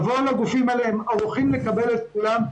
--- הגופים האלה ערוכים לקבל את כולם.